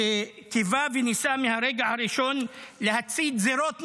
שקיווה וניסה מהרגע הראשון להצית זירות נוספות,